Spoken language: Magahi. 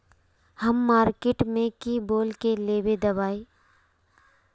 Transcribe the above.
हम मार्किट में की बोल के लेबे दवाई?